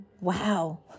Wow